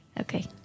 Okay